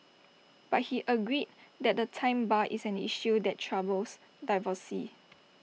but he agreed that the time bar is an issue that troubles divorcees